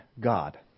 God